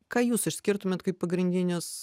ką jūs išskirtumėt kaip pagrindinius